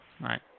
right